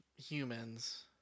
humans